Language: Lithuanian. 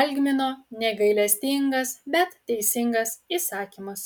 algmino negailestingas bet teisingas įsakymas